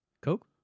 Coke